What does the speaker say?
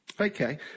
Okay